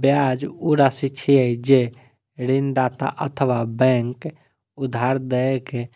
ब्याज ऊ राशि छियै, जे ऋणदाता अथवा बैंक उधार दए के